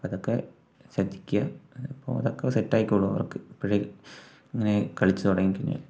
അപ്പോൾ അതൊക്കെ ശ്രദ്ധിക്കുക അതൊക്കെ സെറ്റ് ആയിക്കോളും അവർക്ക് ഇപ്പോഴേ ഇങ്ങനെ കളിച്ച് തുടങ്ങിയിട്ടുണ്ടെങ്കിൽ